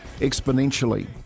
exponentially